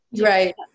Right